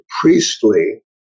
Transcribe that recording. priestly